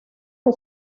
que